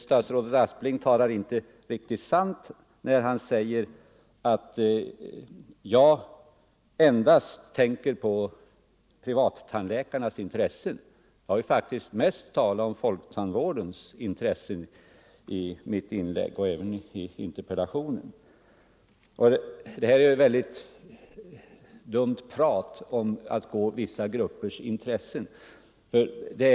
Statsrådet Aspling talar faktiskt inte riktigt sant när han säger att jag endast tänker på privattandläkarnas intressen. Jag har ändå mest talat om folktandvårdens intressen i mitt debattinlägg och även i interpellationen. Det är här verkligen inte fråga om att gå vissa gruppers intressen till handa.